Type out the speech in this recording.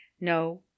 No